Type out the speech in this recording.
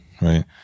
right